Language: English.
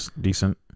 decent